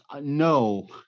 No